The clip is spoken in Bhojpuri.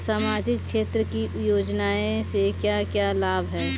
सामाजिक क्षेत्र की योजनाएं से क्या क्या लाभ है?